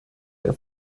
der